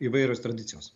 įvairios tradicijos